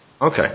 Okay